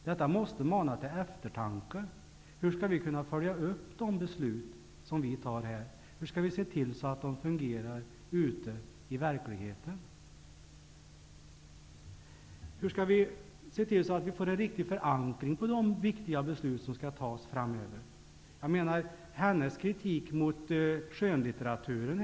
Detta måste mana till eftertanke. Hur skall vi kunna följa upp de beslut som vi fattar? Hur skall vi se till att de fungerar ute i verkligheten? Hur skall vi se till att de viktiga beslut som skall fattas framöver får en riktig förankring?